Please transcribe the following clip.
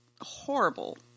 horrible